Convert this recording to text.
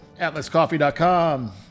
AtlasCoffee.com